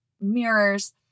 mirrors